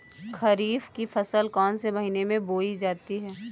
खरीफ की फसल कौन से महीने में बोई जाती है?